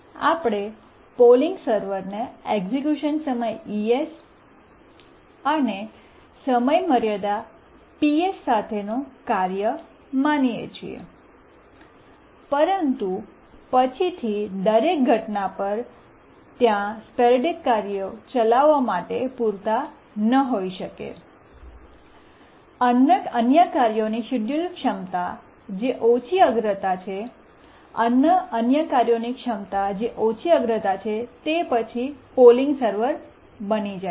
આપણે polling server ને execution સમય es અને સમયમર્યાદા Ps સાથેનું કાર્ય માનીએ છીએ પરંતુ પછીથી દરેક ઘટના પર ત્યાં સ્પોરૈડિક કાર્યો ચલાવવા માટે પૂરતા ન હોઈ શકેઅન્ય કાર્યોની શેડ્યૂલ ક્ષમતા જે ઓછી અગ્રતા છે અન્ય કાર્યોનીક્ષમતા જે ઓછી અગ્રતા છે તે પછી પોલિંગ સર્વર ઓછા બની જાય છે